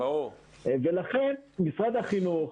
ולכן משרד החינוך,